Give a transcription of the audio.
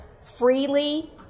freely